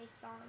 song